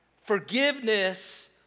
Forgiveness